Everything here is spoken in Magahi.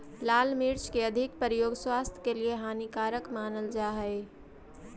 लाल मिर्च के अधिक प्रयोग स्वास्थ्य के लिए हानिकारक मानल जा हइ